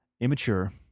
immature